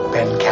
Ben